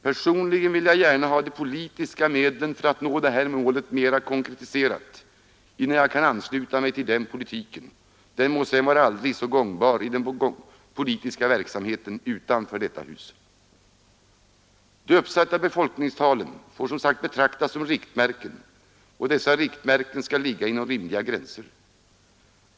Personligen vill jag gärna ha de politiska medlen för att nå målet mera konkret fixerat innan jag kan ansluta mig till en sådan politik, den må sedan vara aldrig så gångbar i den politiska verksamheten utanför detta hus. De uppsatta befolkningstalen får som sagt betraktas som riktmärken, och des: riktmärken skall ligga inom rimliga gränser.